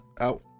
out